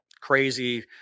crazy